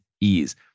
ease